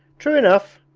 true enough!